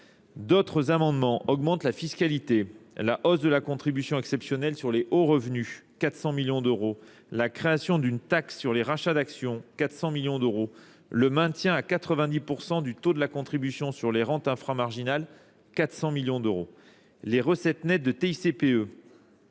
D'autres amendements. Augmente la fiscalité. La hausse de la contribution exceptionnelle sur les hauts revenus, 400 millions d'euros. La création d'une taxe sur les rachats d'actions, 400 millions d'euros. Le maintien à 90% du taux de la contribution sur les rentes inframarginales, 400 millions d'euros. Les recettes nettes de TICPE.